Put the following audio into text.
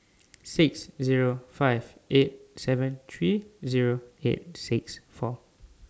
six Zero five eight seven three Zero eight six four